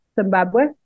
Zimbabwe